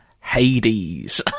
Hades